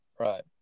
Right